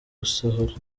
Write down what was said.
gusohora